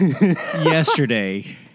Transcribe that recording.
yesterday